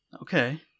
Okay